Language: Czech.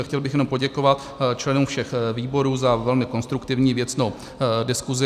Chtěl jenom poděkovat členům všech výborů za velmi konstruktivní, věcnou diskusi.